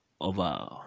over